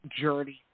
journey